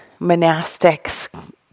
monastics